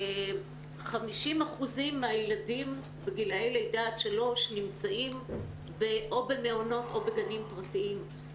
50% מהילדים בגילאי לידה עד שלוש נמצאים או במעונות או בגנים פרטיים.